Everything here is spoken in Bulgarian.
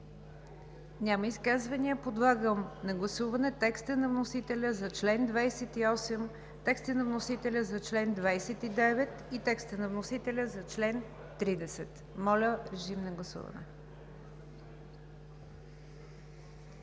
Няма изказвания. Подлагам на гласуване текста на вносителя за чл. 28, текста на вносителя за чл. 29 и текста на вносителя за чл. 30. Гласували